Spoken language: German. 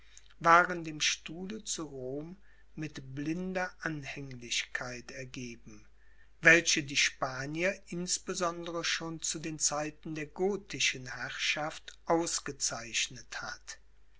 waren dem stuhle zu rom mit blinder anhänglichkeit ergeben welche die spanier insbesondere schon zu den zeiten der gothischen herrschaft ausgezeichnet hat